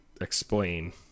explain